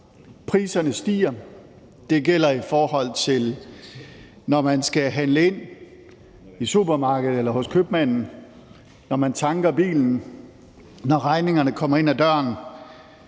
Priserne stiger. Det gælder, når man skal handle ind i supermarkedet eller hos købmanden, når man tanker bilen, når regningerne kommer ind ad døren,